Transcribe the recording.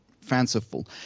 fanciful